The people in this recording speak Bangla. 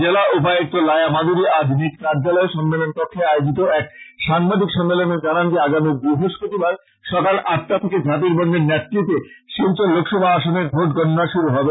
জেলা উপায়ুক্ত লায়া মাদ্দুরী আজ নিজ কার্য্যলয়ের সম্মেলন কক্ষে আয়োজিত এক সাংবাদিক সম্মেলনে জানান যে আগামী বৃহস্পতিবার সকাল আটটা থেকে ঝাঁপিরবন্দের নেট্রিপে শিলচর লোকসভা আসনের ভোট গননা শুরু হবে